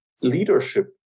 leadership